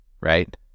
Right